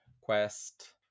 quest